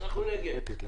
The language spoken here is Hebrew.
אנחנו נגד.